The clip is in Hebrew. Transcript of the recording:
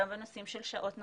גם בנושאים של שעות נוספות.